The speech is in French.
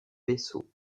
vaisseau